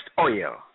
oil